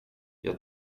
jag